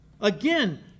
Again